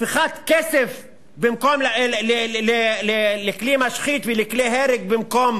שפיכת כסף לכלי משחית ולכלי הרג במקום